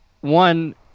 one